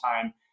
time